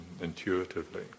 intuitively